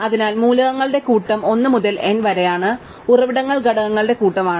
അതിനാൽ മൂലകങ്ങളുടെ കൂട്ടം 1 മുതൽ n വരെയാണ് ഉറവിടങ്ങൾ ഘടകങ്ങളുടെ കൂട്ടമാണ്